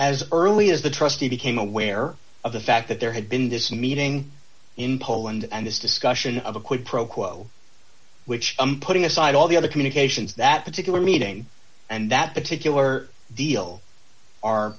as early as the trustee became aware of the fact that there had been this meeting in poland and this discussion of a quid pro quo which i'm putting aside all the other communications that particular meeting and that particular deal are